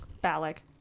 Balak